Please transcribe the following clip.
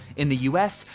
in the us,